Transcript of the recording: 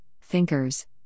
thinkers